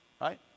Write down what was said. right